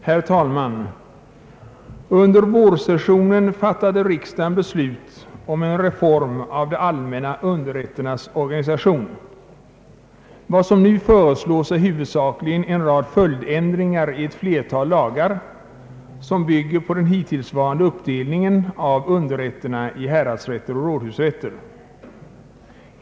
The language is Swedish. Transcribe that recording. Herr talman! Under vårsessionen fattade riksdagen beslut om en reform av de allmänna underrätternas organisation. Vad som nu föreslås är huvudsakligen en rad följdändringar i ett flertal lagar som bygger på den hittillsvarande uppdelningen av underrätterna i häradsrätter och rådhusrätter.